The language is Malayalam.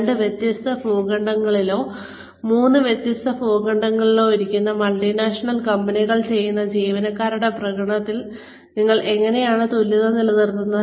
രണ്ട് വ്യത്യസ്ത ഭൂഖണ്ഡങ്ങളിലോ മൂന്ന് വ്യത്യസ്ത ഭൂഖണ്ഡങ്ങളിലോ ഇരിക്കുന്ന മൾട്ടിനാഷണൽ കമ്പനികൾ ചെയ്യുന്ന ജീവനക്കാരുടെ പ്രകടനത്തിൽ നിങ്ങൾ എങ്ങനെയാണ് തുല്യത നിലനിർത്തുന്നത്